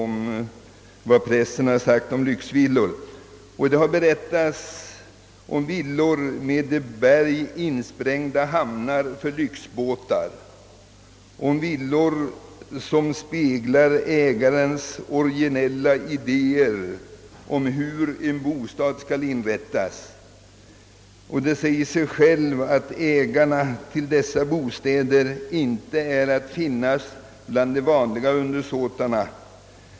Men i pressen har det berättats om villor med i berg insprängda hamnar för lyxbåtar samt om villor som speglar ägarnas originella idéer om hur en bostad bör inrättas. Det säger sig självt att ägarna av dessa bostäder inte står att finna bland vanliga medborgare.